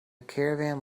caravan